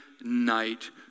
night